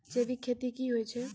जैविक खेती की होय छै?